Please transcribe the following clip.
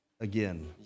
again